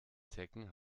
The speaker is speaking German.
zecken